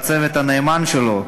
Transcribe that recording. והצוות הנאמן שלו,